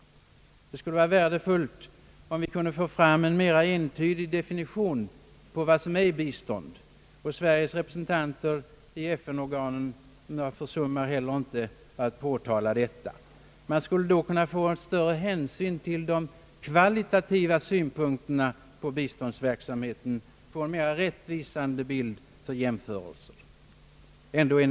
Det vore värdefullt om vi kunde få en mera entydig definition på vad som är bistånd. Sveriges representanter i FN-organen försummar heller inte att påtala detta. Man skulle därigenom uppnå större hänsyn till kvalitativa synpunkter på biståndsverksamheten och en mera rättvisande bild för jämförelser.